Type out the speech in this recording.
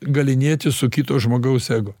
galynėtis su kito žmogaus ego